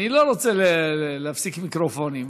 אני לא רוצה להפסיק מיקרופונים.